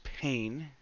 pain